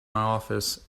office